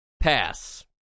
Pass